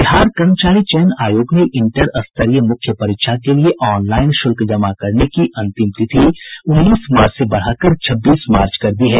बिहार कर्मचारी चयन आयोग ने इंटर स्तरीय मुख्य परीक्षा के लिए ऑनलाईन शुल्क जमा करने की अंतिम तिथि उन्नीस मार्च से बढ़ाकर छब्बीस मार्च कर दी है